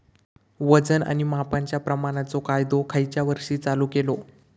वजन आणि मापांच्या प्रमाणाचो कायदो खयच्या वर्षी चालू केलो?